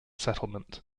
settlement